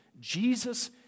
Jesus